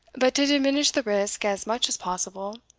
but to diminish the risk as much as possible,